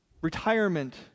retirement